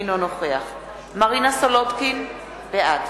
אינו נוכח מרינה סולודקין, בעד